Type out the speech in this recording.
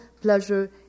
pleasure